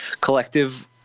collective